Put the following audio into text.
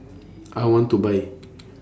I want to Buy